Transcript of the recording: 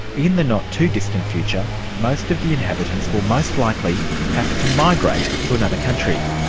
in the not too distant future, most of the inhabitants will most likely have to migrate to another country.